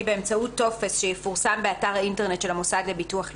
באמצעות טופס שיפורסם באתר האינטרנט של המוסד לביטוח לאומי,